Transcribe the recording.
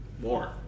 more